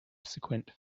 subsequent